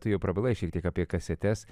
tu jau prabilai šiek tiek apie kasetes